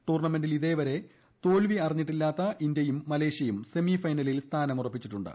ടൂർണമെന്റിൽ ഇതുവരെ തോൽവിയറിഞ്ഞിട്ടില്ലാത്ത ഇന്ത്യയും മലേഷ്യയും സെമിഫൈനലിൽ സ്ഥാനം ഉറപ്പിച്ചിട്ടുണ്ട്